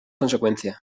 consecuencias